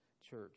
church